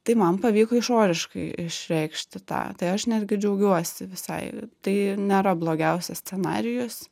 tai man pavyko išoriškai išreikšti tą tai aš netgi džiaugiuosi visai tai nėra blogiausias scenarijus